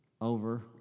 over